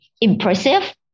impressive